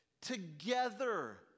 Together